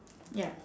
ya